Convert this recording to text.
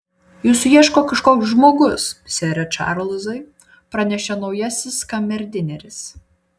jūsų ieško kažkoks žmogus sere čarlzai pranešė naujasis kamerdineris